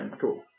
Cool